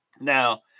now